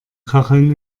kacheln